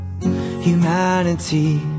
Humanity